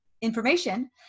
information